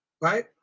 right